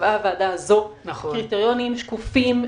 קריטריונים שקופים,